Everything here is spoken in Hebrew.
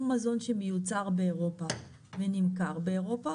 או מזון שמיוצר באירופה ונמכר באירופה,